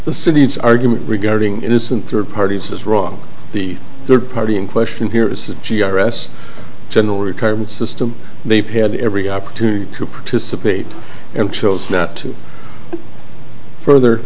the city's argument regarding innocent third parties is wrong the third party in question here is the g r s general retirement system they've had every opportunity to participate and chose not to further